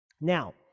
Now